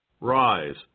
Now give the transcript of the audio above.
Rise